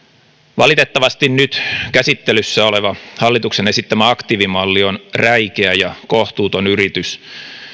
valitettavasti nyt käsittelyssä oleva hallituksen esittämä aktiivimalli on räikeä ja kohtuuton yritys